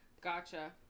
Gotcha